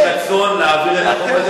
יש רצון להעביר את החוק,